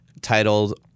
Titled